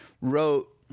wrote